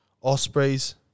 Ospreys